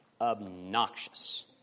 Obnoxious